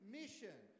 mission